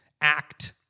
act